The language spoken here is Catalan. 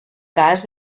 cas